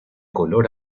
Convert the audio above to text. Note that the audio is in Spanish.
color